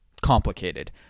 complicated